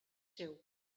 seu